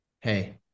hey